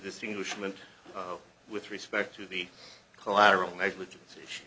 distinguishment with respect to the collateral negligence issue